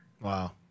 wow